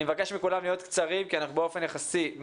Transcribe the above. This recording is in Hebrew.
אני מבקש מכולם להיות קצרים כי באופן יחסי אנחנו